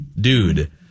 dude